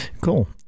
cool